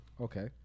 Okay